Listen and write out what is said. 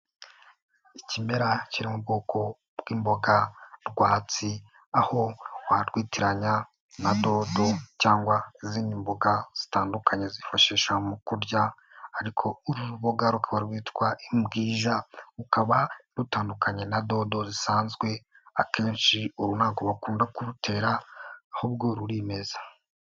Ikimera kiri mu bwoko bw'imboga rwatsi, aho warwitiranya na dodo cyangwa izindi mbuga zitandukanye zifashishwa mu kurya, ariko urubuga rukaba rwitwa imbwija rukaba rutandukanye na dodo zisanzwe, akenshi uru ntabwo bakunda kurutera ahubwo rurimeza.